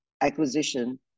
acquisition